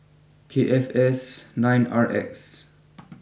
K F S nine R X